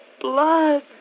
blood